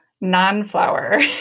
non-flower